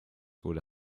wurde